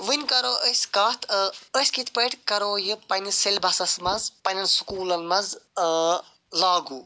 وٕنہِ کرو أسۍ کتھ أسۍ کِتھ پٲٹھۍ کرو یہِ پنٛنِس سیٚلبَسَس مَنٛز پنٛنٮ۪ن سُکوٗلَن مَنٛز لاگوٗ